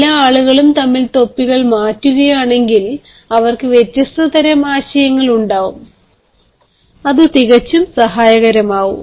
എല്ലാ ആളുകളും തമ്മിൽ തൊപ്പികൾ മാറ്റുകയാണെങ്കിൽ അവർക്ക് വ്യത്യസ്ത തരം ആശയങ്ങൾ ഉണ്ടാവും അത് തികച്ചും സഹായകരമാകും